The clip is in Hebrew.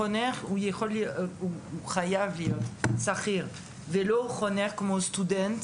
חונך חייב להיות שכיר ולא כמו סטודנט.